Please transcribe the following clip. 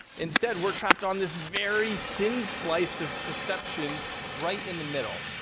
instead, we're trapped on this very thin slice of perception right in the middle.